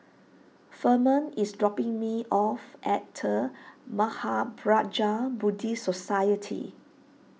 Firman is dropping me off at the Mahaprajna Buddhist Society